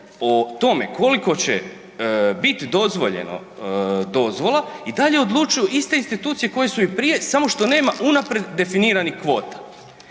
o tome koliko će bit dozvoljeno dozvola, i dalje odlučuju iste institucije koje su i prije samo što nema unaprijed definiranih kvota